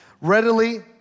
Readily